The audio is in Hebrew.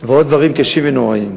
ועוד דברים קשים ונוראיים.